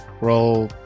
Roll